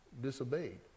disobeyed